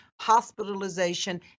hospitalization